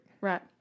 Right